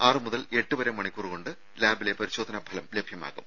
ആറ് മുതൽ എട്ട് വരെ മണിക്കൂറുകൊണ്ട് ലാബിലെ പരിശോധനാ ഫലം ലഭ്യമാകും